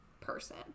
person